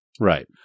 Right